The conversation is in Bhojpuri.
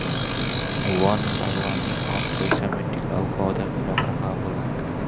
वन बागवानी कम पइसा में टिकाऊ पौधा के रख रखाव होला